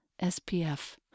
SPF